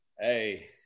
hey